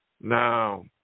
Now